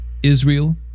Israel